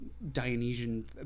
Dionysian